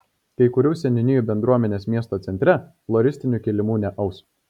kai kurių seniūnijų bendruomenės miesto centre floristinių kilimų neaus